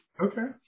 Okay